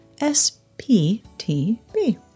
S-P-T-B